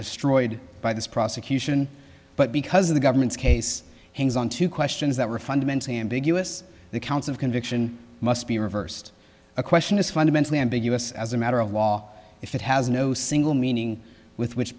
destroyed by this prosecution but because of the government's case hangs on to questions that were fundamentally ambiguous the counts of conviction must be reversed a question is fundamentally ambiguous as a matter of law if it has no single meaning with which